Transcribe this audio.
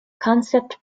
concept